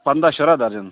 پنٛداہ شُراہ درجن